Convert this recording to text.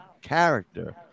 character